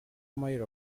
myr